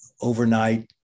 overnight